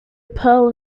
pearl